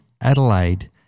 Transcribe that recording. Adelaide